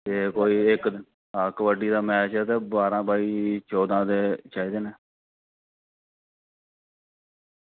ते कबड्डी दा मैच ऐ ते कोई बारां बाय चौबी दे चाहिदे न